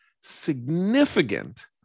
significant